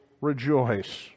rejoice